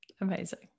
amazing